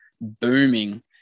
booming